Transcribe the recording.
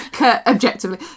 Objectively